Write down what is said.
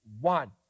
one